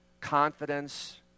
confidence